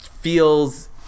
feels